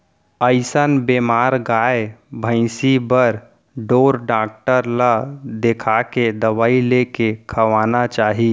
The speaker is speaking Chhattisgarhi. अइसन बेमार गाय भइंसी बर ढोर डॉक्टर ल देखाके दवई लेके खवाना चाही